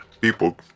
People